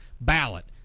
ballot